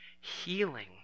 healing